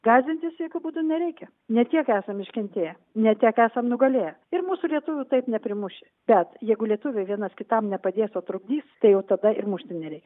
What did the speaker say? gąsdintis jokiu būdu nereikia ne tiek esam iškentėję ne tiek esam nugalėję ir mūsų lietuvių taip neprimuši bet jeigu lietuviai vienas kitam nepadės o trukdys tai jau tada ir mušti nereiks